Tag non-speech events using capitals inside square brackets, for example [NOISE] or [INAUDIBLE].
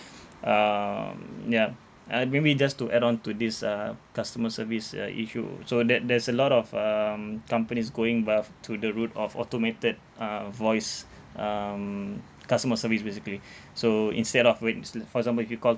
um yup uh maybe just to add on to this uh customer service uh issue so there there's a lot of um companies going back to the root of automated uh voice um customer service basically so instead of waits [NOISE] for example if you call